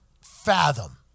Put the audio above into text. fathom